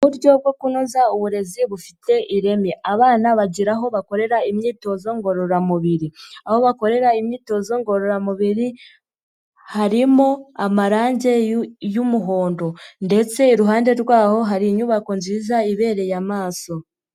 Uburyo bwo kunoza uburezi bufite ireme. Abana bagira aho bakorera imyitozo ngororamubiri. Aho bakorera imyitozo ngororamubiri harimo amarange y'umuhondo. Ndetse iruhande rwaho hari inyubako nziza ibereye amaso.